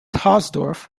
hausdorff